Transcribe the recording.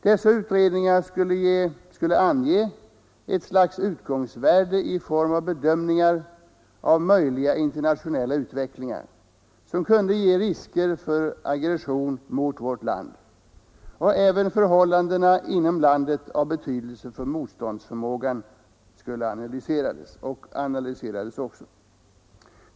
Dessa utredningar skulle ange ett slags utgångsvärden i form av bedömningar av möjliga internationella utvecklingar, som kunde ge risker för aggression mot vårt land, och även förhållanden inom landet av betydelse för motståndsförmågan analyserades.